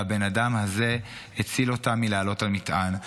והבן אדם הזה הציל אותם מלעלות על מטען,